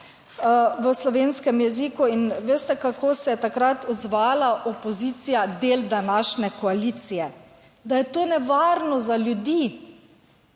v slovenskem jeziku. In veste, kako se je takrat odzvala opozicija, del današnje koalicije? Da je to nevarno za ljudi.